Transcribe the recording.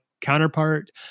counterpart